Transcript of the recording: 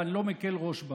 ואני לא מקל בה ראש.